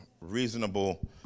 reasonable